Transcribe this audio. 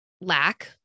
lack